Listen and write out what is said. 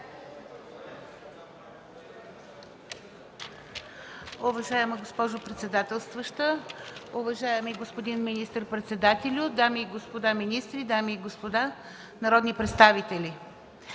Уважаема госпожо председател, уважаеми господин министър-председател, дами и господа министри, дами и господа народни представители!